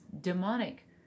demonic